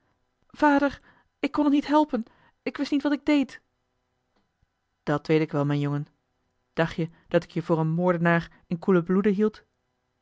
vader ik kon het niet helpen ik wist niet wat ik deed dat weet ik wel mijn jongen dacht je dat ik je voor een moordenaar in koelen bloede hield